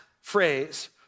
phrase